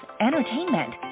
entertainment